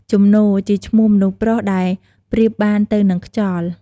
ជំនោ ជាឈ្មោះមនុស្សប្រុសដែលប្រៀបបានទៅនឹងខ្យល់។